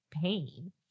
pain